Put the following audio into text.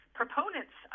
proponents